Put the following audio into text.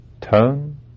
tone